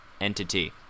entity